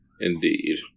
Indeed